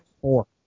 four